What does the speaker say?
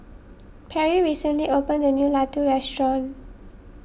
Perri recently open a new Laddu restaurant